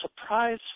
surprise